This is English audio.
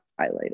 highlighted